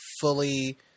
fully